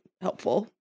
helpful